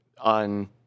on